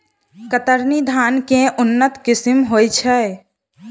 कतरनी धान केँ के उन्नत किसिम होइ छैय?